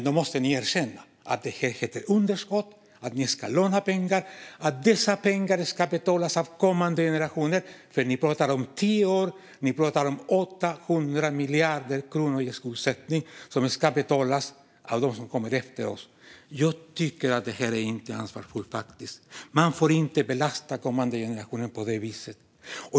Då måste ni erkänna att detta handlar om underskott - att ni ska låna pengar och att dessa pengar ska betalas av kommande generationer. Ni pratar om tio år och om 800 miljarder kronor i skuldsättning, vilket ska betalas av dem som kommer efter oss. Jag tycker faktiskt inte att det är ansvarsfullt. Man får inte belasta kommande generationer på det viset.